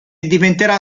diventerà